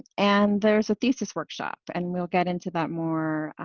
and there's a thesis workshop, and we'll get into that more,